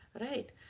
Right